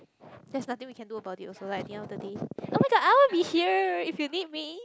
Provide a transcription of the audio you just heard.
there's nothing we can do about it also like the days oh-my-god I will be here if you need me